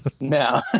no